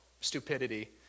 stupidity